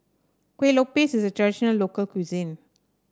Kueh Lopes is a traditional local cuisine